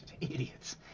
Idiots